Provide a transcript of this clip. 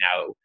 now